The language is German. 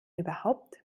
überhaupt